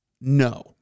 No